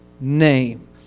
name